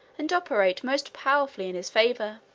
and operate most powerfully in his favor.